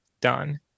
done